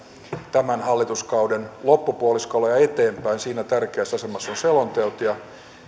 tämän hallituskauden loppupuoliskolla ja eteenpäin siinä tärkeässä asemassa ovat selonteot